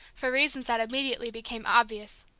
for reasons that immediately became obvious.